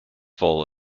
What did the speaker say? full